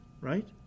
right